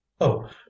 Oh